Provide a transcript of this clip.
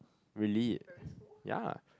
really ya